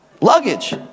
Luggage